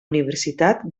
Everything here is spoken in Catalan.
universitat